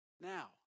Now